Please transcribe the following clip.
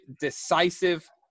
decisive